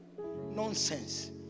nonsense